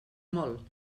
molt